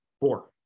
four